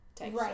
Right